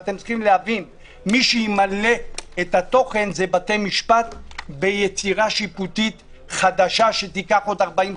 מי שימלא את התוכן זה בתי המשפט ביצירה שיפוטית חדשה שתיקח עוד 40,